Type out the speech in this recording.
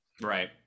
Right